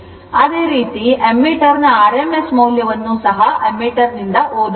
ಆದ್ದರಿಂದ ಅದೇ ರೀತಿ ammetr ನ rms ಮೌಲ್ಯವನ್ನೂ ammter ನಿಂದ ಓದಬಹುದು